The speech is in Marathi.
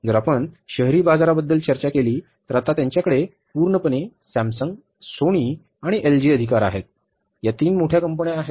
जर आपण शहरी बाजाराबद्दल चर्चा केली तर आता त्यांच्याकडे पूर्णपणे सॅमसंग सोनी आणि एलजी अधिकार आहेत या 3 मोठ्या कंपन्या आहेत